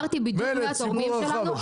מילא הציבור הרחב, אבל בשם התורמים?